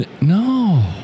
No